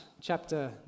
chapter